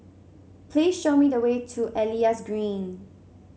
please show me the way to Elias Green